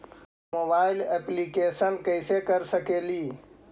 Mobile application कैसे कर सकेली?